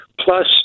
Plus